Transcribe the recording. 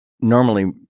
normally